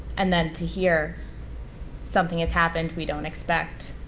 and then to hear something has happened we don't expect.